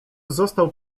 został